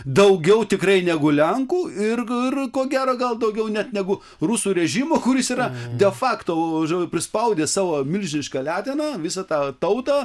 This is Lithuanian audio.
daugiau tikrai negu lenkų ir ir ko gero gal daugiau net negu rusų režimo kuris yra de fakto prispaudęs savo milžiniška letena visą tą tautą